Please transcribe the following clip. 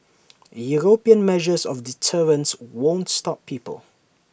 european measures of deterrence won't stop people